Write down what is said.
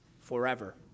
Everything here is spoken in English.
forever